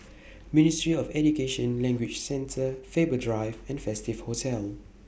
Ministry of Education Language Centre Faber Drive and Festive Hotel